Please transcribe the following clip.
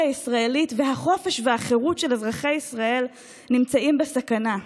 הישראלית והחופש והחירות של אזרחי ישראל נמצאים בסכנה.